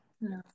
No